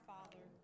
Father